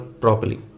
properly